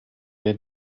der